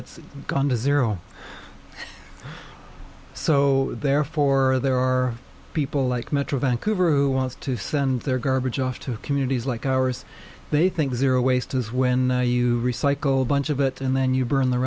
it's gone to zero so therefore there are people like metro vancouver who wants to send their garbage off to communities like ours they think they're a waste is when you recycle bunch of it and then you burn the